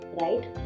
right